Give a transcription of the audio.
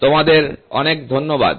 তোমাদের অনেক ধন্যবাদ